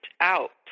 out